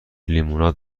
لیموناد